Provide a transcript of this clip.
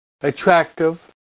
attractive